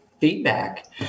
feedback